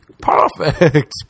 perfect